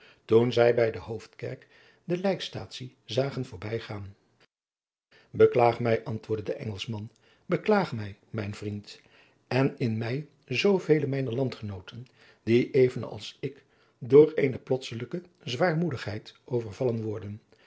toen zij bij de hoofdkerk de lijkstaatsie zagen voorbijgaan beklaag mij antwoordde de engelschman beklaag mij mijn vriend en in mij zoovele mijner landgenooten die even als ik door eene plotselijke zwaarmoedigheid overvallen worden